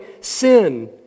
sin